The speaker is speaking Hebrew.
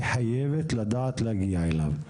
היא חייבת לדעת להגיע אליו.